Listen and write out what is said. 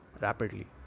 rapidly